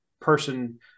person